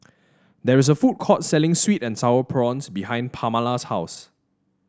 there is a food court selling sweet and sour prawns behind Pamala's house